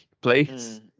please